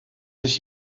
sich